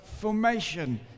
formation